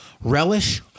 Relish